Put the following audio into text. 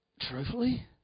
truthfully